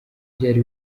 byari